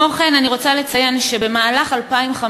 כמו כן אני רוצה לציין שבשנת 2015,